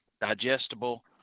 digestible